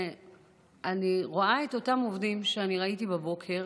ואני רואה את אותם עובדים שראיתי בבוקר